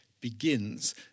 begins